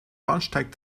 bahnsteig